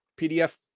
PDF